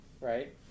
right